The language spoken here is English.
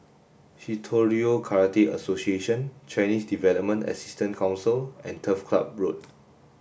Shitoryu Karate Association Chinese Development Assistance Council and Turf Ciub Road